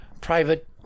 private